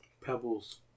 Pebbles